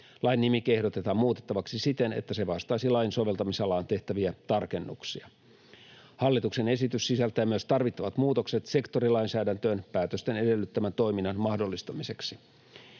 Lain nimike ehdotetaan muutettavaksi siten, että se vastaisi lain soveltamisalaan tehtäviä tarkennuksia. Hallituksen esitys sisältää myös tarvittavat muutokset sektorilainsäädäntöön päätösten edellyttämän toiminnan mahdollistamiseksi.